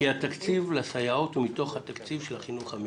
כי התקציב לסייעות הוא מתוך התקציב של החינוך המיוחד.